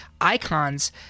icons